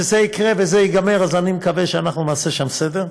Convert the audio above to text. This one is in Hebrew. אז כשזה יקרה וזה ייגמר, אני מקווה שנעשה שם סדר.